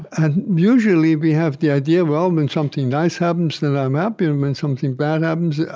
and usually, we have the idea, well, when something nice happens, then i'm happy. and when something bad happens,